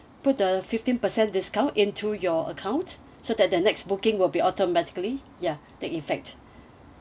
put the fifteen percent discount into your account so that the next booking will be automatically ya take effect